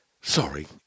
Sorry